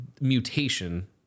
mutation